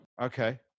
okay